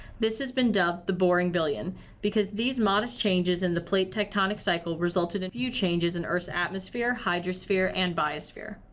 this has been dubbed the boring billion because these modest changes in the plate tectonic cycle resulted in few changes in earth's atmosphere, hydrosphere and biosphere.